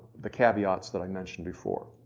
the caveats that i mentioned before.